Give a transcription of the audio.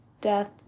death